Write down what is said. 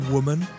Woman